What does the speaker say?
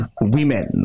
Women